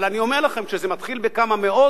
אבל אני אומר שכשזה מתחיל בכמה מאות